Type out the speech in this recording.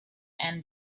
and